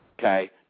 Okay